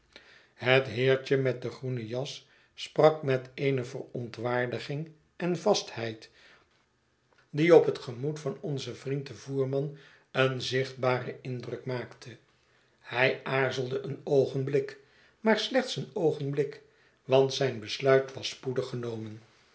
het heertje met de groene jas sprak met eene verontwaardiging en vastheid die op het gemoed van onzen vriend den voerman een zichtbaren indruk maakten hij aarzelde een oogenblik maar slechts een oogenblik want zijn besluit was spoedig genomen